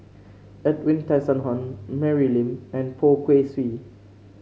Edwin Tessensohn Mary Lim and Poh Kay Swee